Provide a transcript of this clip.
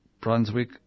Brunswick